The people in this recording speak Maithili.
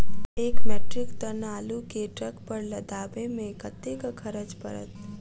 एक मैट्रिक टन आलु केँ ट्रक पर लदाबै मे कतेक खर्च पड़त?